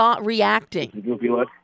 reacting